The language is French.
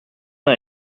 uns